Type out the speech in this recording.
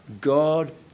God